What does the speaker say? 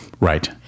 Right